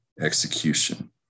execution